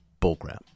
bullcrap